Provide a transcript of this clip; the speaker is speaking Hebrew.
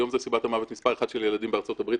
היום זו סיבת המוות מספר אחת של ילדים בארצות הברית,